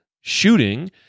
shooting